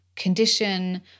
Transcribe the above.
condition